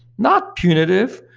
not punitive,